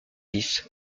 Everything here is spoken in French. dix